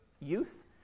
Youth